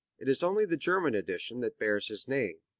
it is only the german edition that bears his name,